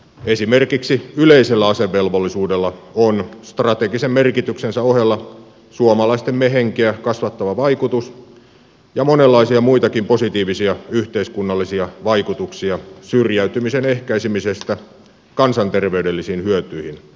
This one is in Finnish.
esimerkiksi yleisellä asevelvollisuudella on strategisen merkityksensä ohella suomalaisten me henkeä kasvattava vaikutus ja monenlaisia muitakin positiivisia yhteiskunnallisia vaikutuksia syrjäytymisen ehkäisemisestä kansanterveydellisiin hyötyihin